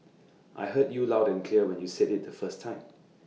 I heard you loud and clear when you said IT the first time